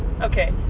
Okay